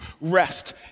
rest